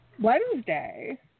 Wednesday